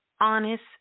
honest